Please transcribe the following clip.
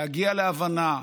להגיע להבנה,